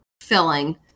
filling